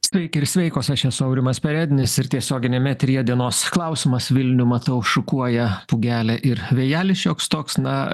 sveiki ir sveikos aš esu aurimas perednis ir tiesioginiam eteryje dienos klausimas vilnių matau šukuoja pūgelė ir vėjelis šioks toks na